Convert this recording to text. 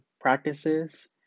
practices